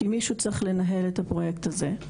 כי מישהו צריך לנהל את הפרוייקט הזה.